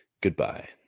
Goodbye